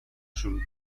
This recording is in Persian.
شروع